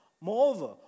Moreover